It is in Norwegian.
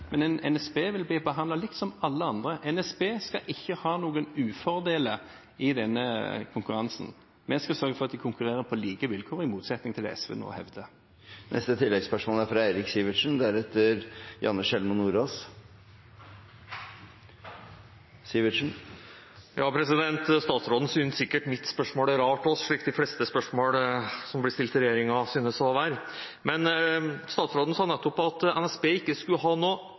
men NSB vil bli behandlet likt med alle andre. NSB skal ikke ha noen ufordeler i denne konkurransen. Vi skal sørge for at de konkurrerer på like vilkår, i motsetning til det som SV nå hevder. Eirik Sivertsen – til oppfølgingsspørsmål. Statsråden synes sikkert mitt spørsmål er rart også, slik de fleste spørsmål som blir stilt til regjeringen, synes å være. Statsråden sa nettopp at NSB ikke skulle ha